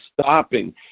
stopping